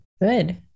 good